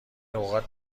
اوقات